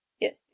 Yes